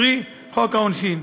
קרי חוק העונשין.